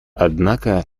однако